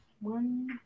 One